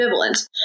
ambivalent